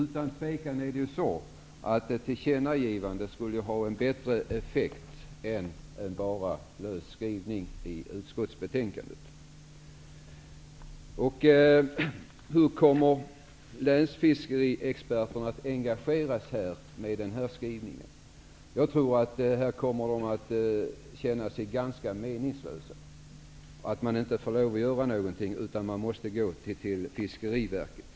Utan tvivel skulle ett tillkännagivande ha en bättre effekt än bara en lös skrivning i utskottsbetänkandet. Hur kommer länsfiskeriexperterna att engageras med den här skrivningen? Jag tror att de kommer att känna sig ganska meningslösa när de inte får lov att göra någonting utan att gå till Fiskeriverket.